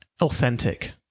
authentic